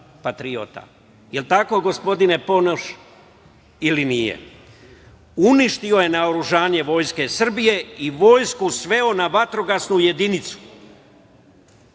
patriota. Da li je tako gospodine Ponoš ili nije? Uništio je naoružanje Vojske Srbije i Vojsku sveo na vatrogasnu jedinicu.